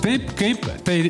taip kaip tai